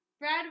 Brad